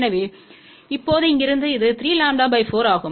எனவே இப்போது இங்கிருந்து இது 3 λ 4 ஆகும்